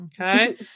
okay